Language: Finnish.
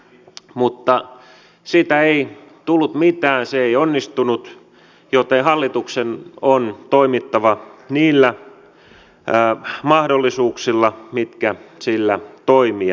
mutta siitä ei tullut mitään se ei onnistunut joten hallituksen on toimittava niillä mahdollisuuksilla mitkä sillä toimia on